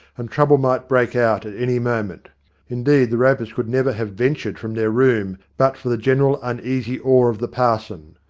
and trouble might break out at any moment indeed, the ropers could never have ventured from their room but for the general uneasy awe of the parson.